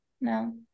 No